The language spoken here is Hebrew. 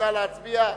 נא להצביע,